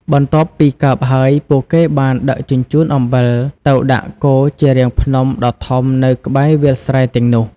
បន្ទាប់ពីកើបហើយ ពួកគេបានដឹកជញ្ជូនអំបិលទៅដាក់គរជារាងភ្នំដ៏ធំនៅក្បែរវាលស្រែទាំងនោះ។